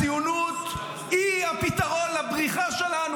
הציונות היא הפתרון לבריחה שלנו.